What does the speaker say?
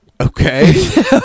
Okay